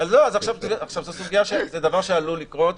זה דבר שעלול לקרות,